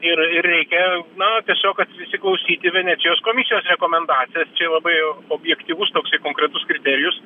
ir ir reikia na tiesiog kad įsiklausyti į venecijos komisijos rekomendacijas čia labai o objektyvus toks konkretus kriterijus